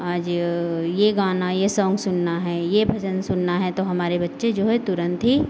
आज ये गाना ये सॉन्ग सुनना है ये भजन सुनना है तो हमारे बच्चे जो है तुरंत ही